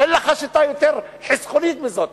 אין לך שיטה יותר חסכונית מזאת.